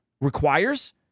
requires